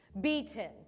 beaten